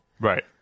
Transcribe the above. Right